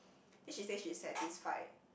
then she said she is satisfied